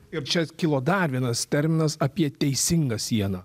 ir čia kilo dar vienas terminas apie teisingą sieną